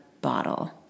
bottle